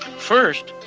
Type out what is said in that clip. first,